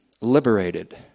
liberated